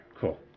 Cool